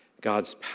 God's